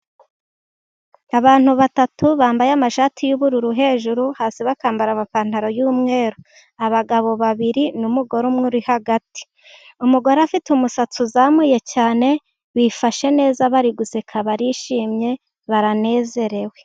Abantu batatu bambaye amashati y’ubururu hejuru, hasi bakambara amapantaro y’umweru. Abagabo babiri n’umugore umwe uri hagati. Umugore afite umusatsi uzamuye cyane, bifashe neza, bari guseka, barishimye, baranezerewe.